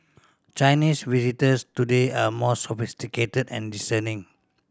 Chinese visitors today are more sophisticated and discerning